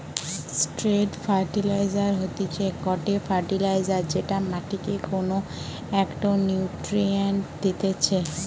straight fertiliser হতিছে গটে fertiliser যেটা মাটিকে কোনো একটো নিউট্রিয়েন্ট দিতেছে